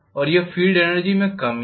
और यह field energy में कमी है